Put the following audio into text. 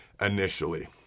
initially